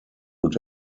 und